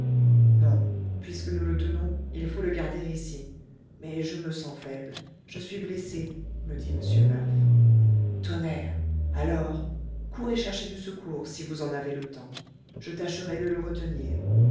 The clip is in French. non puisque nous le tenons il faut le garder ici mais je me sens faible je suis blessé me dit m murph tonnerre alors courez chercher du secours si vous en avez le temps je tâcherai de le retenir